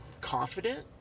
confident